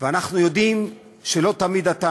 ואנחנו יודעים שלא תמיד אתה